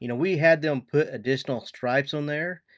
you know we had them put additional stripes on there,